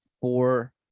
four